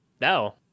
no